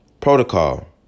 protocol